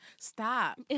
Stop